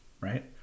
Right